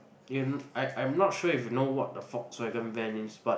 you I I'm not sure if you know what a Volkswagen van is but